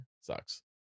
sucks